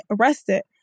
arrested